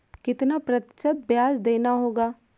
कितना प्रतिशत ब्याज देना होगा?